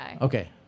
Okay